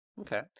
okay